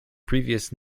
previous